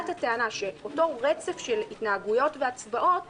את הטענה שאותו רצף של התנהגויות והצבעות